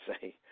say